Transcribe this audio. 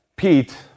Pete